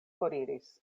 foriris